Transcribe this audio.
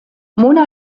mona